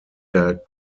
der